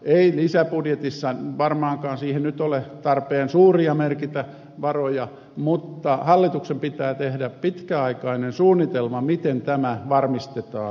ei lisäbudjetissa varmaankaan siihen nyt ole tarpeen suuria varoja merkitä mutta hallituksen pitää tehdä pitkäaikainen suunnitelma miten tämä varmistetaan